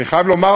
אני חייב לומר,